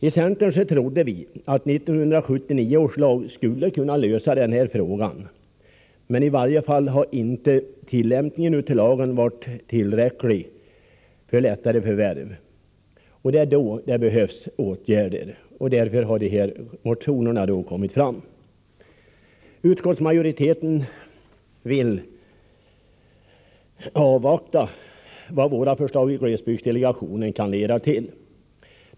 Inom centern trodde vi att 1979 års lag skulle kunna lösa den här frågan, men tillämpningen av lagen har i varje fall inte gjort förvärv lättare. Det är här det behövs åtgärder, och därför har de här motionerna avgivits. Utskottsmajoriteten vill avvakta vad våra förslag i glesbygdsdelegationen kan leda till.